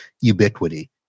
ubiquity